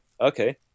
Okay